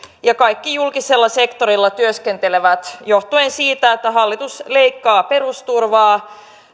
ja kaikki julkisella sektorilla työskentelevät johtuen siitä että hallitus leikkaa perusturvaa